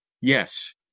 Yes